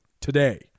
today